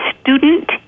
student